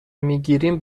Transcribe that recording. میگیریم